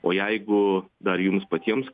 o jeigu dar jums patiems